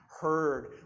heard